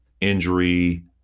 injury